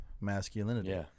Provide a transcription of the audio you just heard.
masculinity